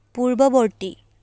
পূৰ্ববৰ্তী